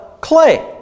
clay